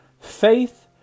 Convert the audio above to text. faith